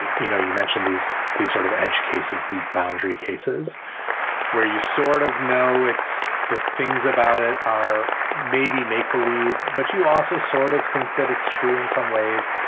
you know, you mentioned these these sort of edge cases, these boundary cases where you sort of know it's the things about it are maybe make believe. but you also sort of think that it's true in some ways.